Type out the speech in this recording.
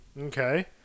Okay